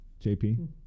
JP